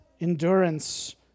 endurance